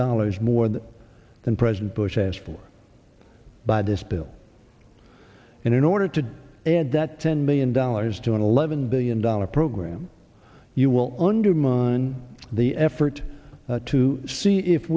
dollars more than president bush asked for by this bill in order to add that ten million dollars to an eleven billion dollars program you will undermine the effort to see if